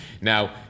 Now